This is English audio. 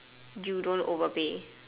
you don't overpay